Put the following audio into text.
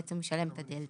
בעצם הוא ישלם את הדלתא,